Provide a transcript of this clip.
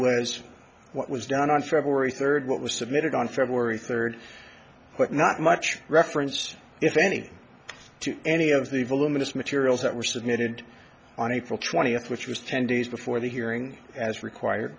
was what was done on february third what was submitted on february third what not much reference if any to any of the voluminous materials that were submitted on april twentieth which was ten days before the hearing as required